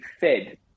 fed